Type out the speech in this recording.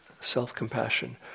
self-compassion